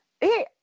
Hey